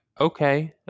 okay